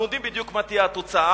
אנחנו יודעים בדיוק מה תהיה התוצאה,